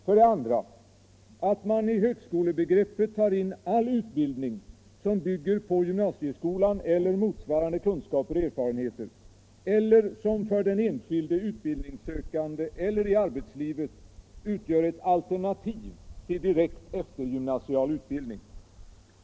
För det andra att man i högskolebegreppet tar in all utbildning som bygger på gymnasieskolan eller motsvarande kunskaper och erfarenheter, eller som för den enskilde utbildningssökande eller i arbetslivet utgör ett alternativ till direkt eftergymnasial utbildning.